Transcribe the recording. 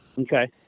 Okay